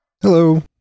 hello